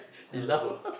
ya loh